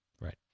right